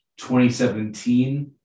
2017